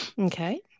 Okay